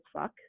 fuck